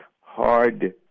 hard